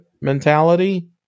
mentality